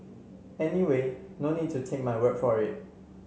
anyway no need to take my word for it